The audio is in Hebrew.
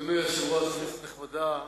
אדוני היושב-ראש, כנסת נכבדה,